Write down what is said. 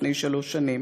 לפני שלוש שנים,